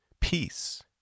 peace